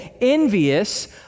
envious